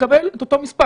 מקבל את אותו מס'?